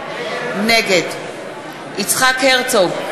נגד יצחק הרצוג,